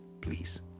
please